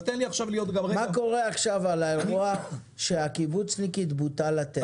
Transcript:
מה קורה עכשיו שהבחורה, שהקיבוצניקית בוטל לה טסט?